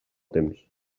temps